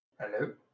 Hello